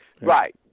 Right